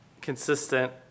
consistent